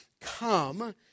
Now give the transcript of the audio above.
come